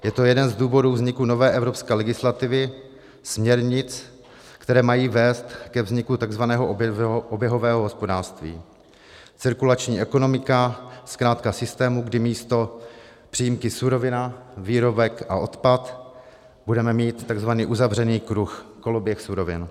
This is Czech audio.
Je to jeden z důvodů vzniku nové evropské legislativy, směrnic, které mají vést ke vzniku tzv. oběhového hospodářství, cirkulační ekonomiky, zkrátka systému, kdy místo přímky surovina, výrobek a odpad budeme mít tzv. uzavřený kruh, koloběh surovin.